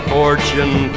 fortune